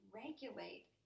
regulate